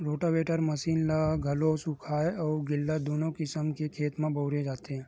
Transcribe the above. rotavator machine ल घलो सुख्खा अउ गिल्ला दूनो किसम के खेत म बउरे जाथे